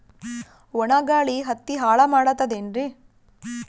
ಒಣಾ ಗಾಳಿ ಹತ್ತಿ ಹಾಳ ಮಾಡತದೇನ್ರಿ?